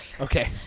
Okay